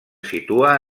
situa